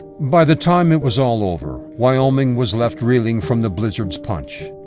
by the time it was all over, wyoming was left reeling from the blizzard's punch.